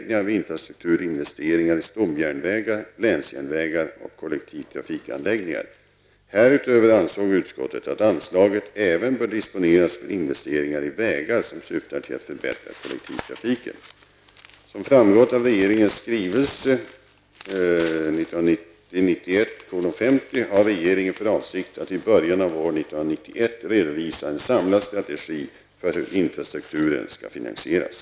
I sitt betänkande Härutöver ansåg utskottet att anslaget även bör disponeras för investeringar i vägar som syftar till att förbättra kollektivtrafiken. har regeringen för avsikt att i början av år 1991 redovisa en samlad strategi för hur infrastrukturen skall finansieras.